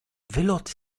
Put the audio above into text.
wylot